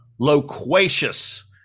loquacious